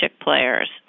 players